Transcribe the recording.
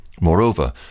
Moreover